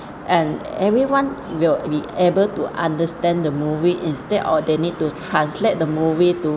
and everyone will be able to understand the movie instead of they need to translate the movie to